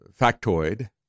factoid